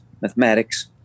mathematics